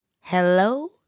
Hello